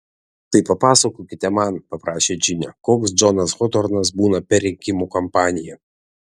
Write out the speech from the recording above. tai papasakokite man paprašė džinė koks džonas hotornas būna per rinkimų kampaniją